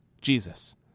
Jesus